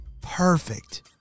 Perfect